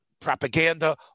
propaganda